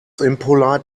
impolite